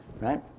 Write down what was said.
right